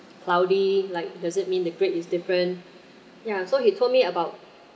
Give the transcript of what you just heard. cloudy like does it mean the grade is different ya so he told me about